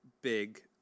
big